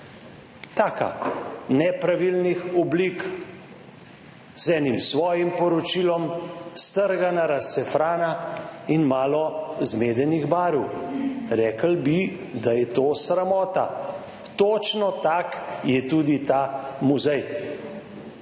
taka: nepravilnih oblik, z enim svojim poročilom, strgana, razcefrana in malo zmedenih barv? Rekli bi, da je to sramota. Točno tak je tudi ta muzej.